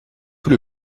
tout